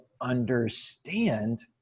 understand